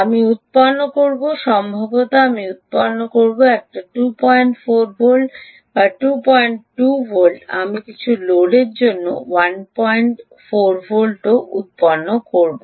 আমি উত্পন্ন করব সম্ভবত আমি উৎপন্ন করব যদি এটি 24 হয় আমি 22 উত্পন্ন করব বা আমি কিছু লোডের জন্য 18 ভোল্টও উত্পন্ন করব